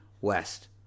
West